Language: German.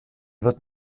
wird